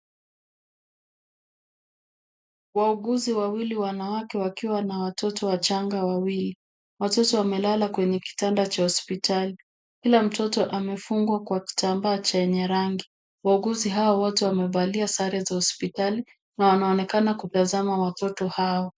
Wauguzi wawili wanawake wakiwa na watoto wachanga wawili, watoto wamelala kwenye kitanda cha hospitali, kila mtoto amefungwa kwa kitambaa chenye rangi. Wauguzi hawa wote wamevalia sare za hospitali na wanaonekana kutazama watoto hao.